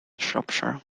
shropshire